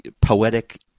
poetic